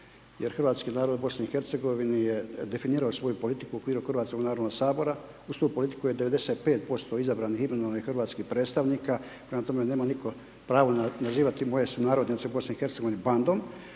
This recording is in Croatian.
jer hrvatski narod u BiH je definirao svoju politiku u okviru Hrvatskog narodnog sabora. Uz tu politiku je 95% izabranih…/Govornik se ne razumije/…hrvatskih predstavnika, prema tome, nema nitko pravo nazivati moje sunarodnjake BiH bandom,